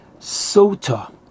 Sota